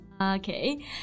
Okay